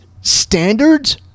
Standards